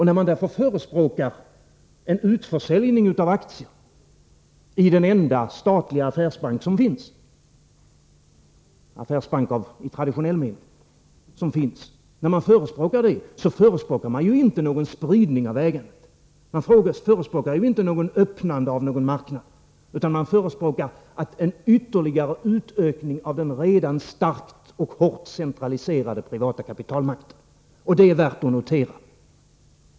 När man då förespråkar en utförsäljning av aktier i den enda statliga affärsbanken i traditionell mening som finns, förespråkar man inte någon spridning av ägandet, och man förespråkar inte något öppnande av någon marknad, utan man förespråkar en ytterligare utökning av den redan starkt och hårt centraliserade privata kapitalmarknaden — det är värt att notera.